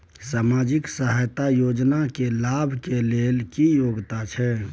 सामाजिक सहायता योजना के लाभ के लेल की योग्यता छै?